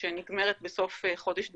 שנגמרת בסוף חודש דצמבר.